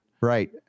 right